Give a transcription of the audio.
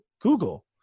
Google